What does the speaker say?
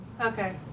Okay